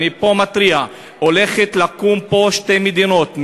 אני מתריע שהולכות לקום פה שתי מדינות,